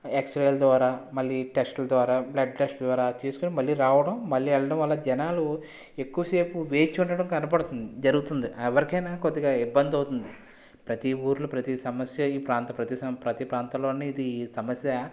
ఎక్స్రేల ద్వారా మళ్ళీ టెస్ట్ల ద్వారా బ్లడ్ టెస్ట్ ద్వారా తీసుకుని మళ్ళీ రావడం మళ్ళీ వెళ్ళడం వల్ల జనాలు ఎక్కువసేపు వేచి ఉండటం కనబడతుంది జరుగుతుంది ఎవరికైనా కొద్దిగా ఇబ్బంది అవుతుంది ప్రతి ఊర్లో ప్రతి సమస్య ఈ ప్రాంత ప్రతి స ప్రతి ప్రాంతంలోని ఇది ఈ సమస్య